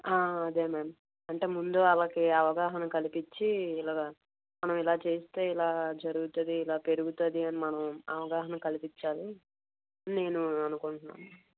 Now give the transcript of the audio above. అదే మ్యామ్ అంటే ముందు వాళ్ళకి అవగాహన కల్పించి ఇలా మనం ఇలా చేస్తే ఇలా జరుగుతుంది ఇలా పెరుగుతుంది అని మనం అవగాహన కల్పించాలి నేను అనుకుంటున్నాను